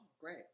great